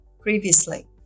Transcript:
previously